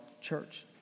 church